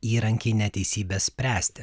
įrankiai neteisybę spręsti